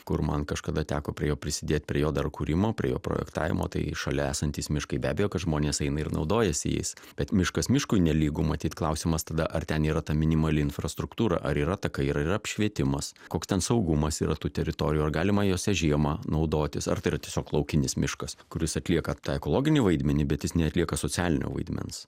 kur man kažkada teko prie jo prisidėt prie jo dar kūrimo prie jo projektavimo tai šalia esantys miškai be abejo kad žmonės eina ir naudojasi jais bet miškas miškui nelygu matyt klausimas tada ar ten yra ta minimali infrastruktūra ar yra takai ar yra apšvietimas koks ten saugumas yra tų teritorijų ar galima jose žiemą naudotis ar tai yra tiesiog laukinis miškas kuris atlieka tą ekologinį vaidmenį bet jis neatlieka socialinio vaidmens